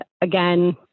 again